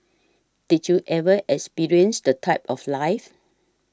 did you ever experience the type of life